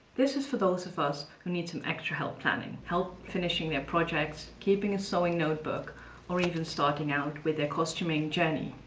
this is for those of us who need some extra help planning, help finishing their projects, keeping a sewing notebook or even starting out with their costuming journey.